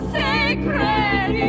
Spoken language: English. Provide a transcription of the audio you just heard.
sacred